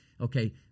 Okay